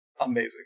amazing